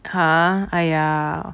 !huh! !aiya!